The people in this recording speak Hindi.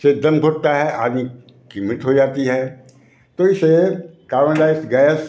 से दम घुटता है आदमी की मृत्य हो जाती है तो इसे कार्बनडाई गैस